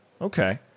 Okay